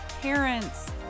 parents